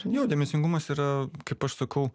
jo dėmesingumas yra kaip aš sakau